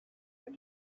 had